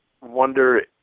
wonder